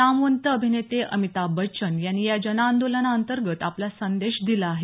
नामवंत अभिनेते अमिताभ बच्चन यांनी या जनआंदोलना अंतर्गत आपला संदेश दिला आहे